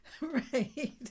Right